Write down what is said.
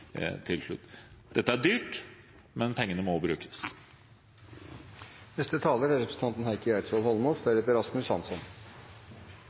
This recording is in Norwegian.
til slutt. Dette er dyrt, men